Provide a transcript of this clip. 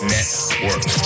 Network